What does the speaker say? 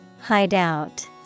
Hideout